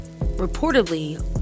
reportedly